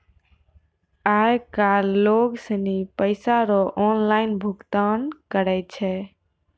आय काइल लोग सनी पैसा रो ऑनलाइन भुगतान करै छै